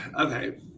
okay